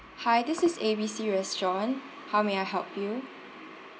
hi this is A_B_C restaurant how may I help you